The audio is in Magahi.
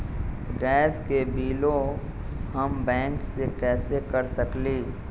गैस के बिलों हम बैंक से कैसे कर सकली?